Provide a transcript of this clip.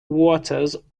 waters